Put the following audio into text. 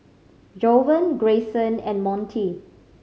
Jovan Grayson and Montie